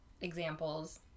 examples